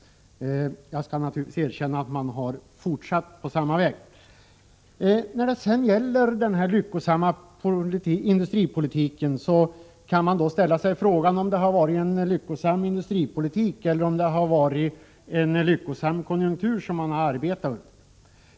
Jag skall naturligtvis erkänna att regeringen har fortsatt på den väg som de förutvarande regeringarna påbörjade. När det gäller talet om den lyckosamma industripolitiken kan man fråga sig om det har förts en lyckosam industripolitik eller om man har arbetat under en lyckosam konjunktur.